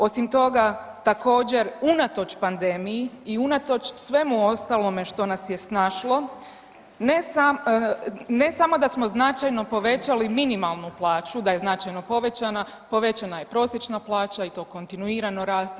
Osim toga također unatoč pandemiji i unatoč svemu ostalome što nas je snašlo ne samo da smo značajno povećali minimalnu plaću, da je značajno povećana, povećana je i prosječna plaća i to kontinuirano raste.